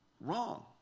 wrong